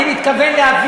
אני לא משאיר את ההצעה,